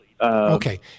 Okay